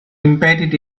embedded